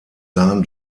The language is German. sahen